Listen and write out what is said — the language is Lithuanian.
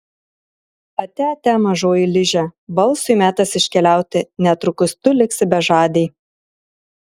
atia atia mažoji liže balsui metas iškeliauti netrukus tu liksi bežadė